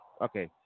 Okay